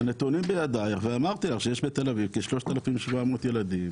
הנתונים בידיך ואמרתי לך שיש בתל אביב כ- 3,700 ילדים